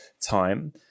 time